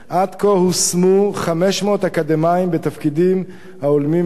עד כה הושמו 500 אקדמאים בתפקידים ההולמים את כישוריהם.